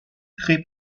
très